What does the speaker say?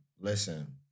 Listen